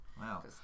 Wow